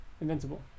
Invincible